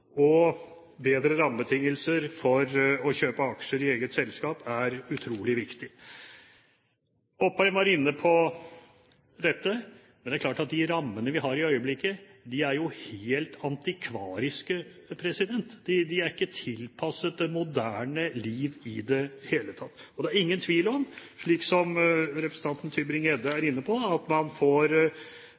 og bedre rammebetingelser for å kjøpe aksjer i eget selskap er utrolig viktig. Opheim var inne på dette, men det er klart at de rammene vi har i øyeblikket, er helt antikvariske. De er ikke tilpasset det moderne liv i det hele tatt. Det er ingen tvil om, slik representanten Tybring-Gjedde var inne på, at man får